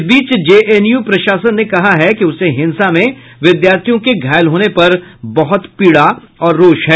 इस बीच जेएनयू प्रशासन ने कहा है कि उसे हिंसा में विद्यार्थियों के घायल होने पर बहुत पीड़ा और रोष है